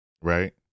Right